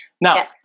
Now